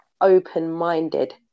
open-minded